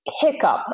hiccup